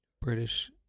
British